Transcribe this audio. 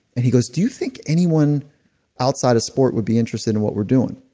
and he goes, do you think anyone outside of sport would be interested in what we're doing?